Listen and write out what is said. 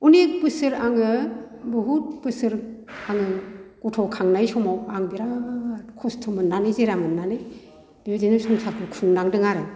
अनेक बोसोर आङो बहुद बोसोर आङो गथ' खांनाय समाव आं बिराद खस्थ' मोननानै जेरा मोननानै बेबादिनो संसारखौ खुंनांदों आरो